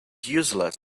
useless